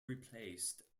replaced